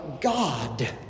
God